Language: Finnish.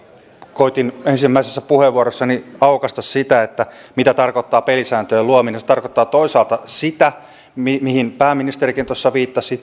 koetin ensimmäisessä puheenvuorossani aukaista sitä mitä tarkoittaa pelisääntöjen luominen se tarkoittaa toisaalta sitä mihin pääministerikin viittasi